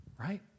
right